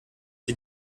sie